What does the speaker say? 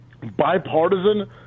bipartisan